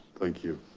thank you.